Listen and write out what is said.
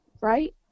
Right